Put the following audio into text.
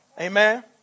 Amen